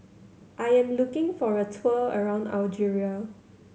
I am looking for a tour around Algeria